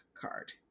card